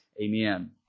Amen